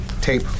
Tape